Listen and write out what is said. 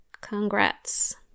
Congrats